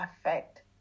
affect